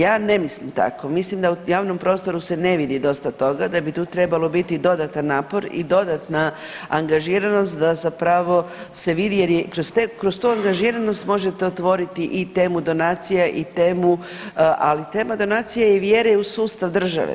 Ja ne mislim tako, mislim da u javnom prostoru se ne vidi dosta toga, da bi tu trebalo biti dodatan napor i dodatna angažiranost da zapravo se vidi jer je kroz tu angažiranost možete otvoriti i temu donacija i temu, ali tema donacije i vjere u sustav države.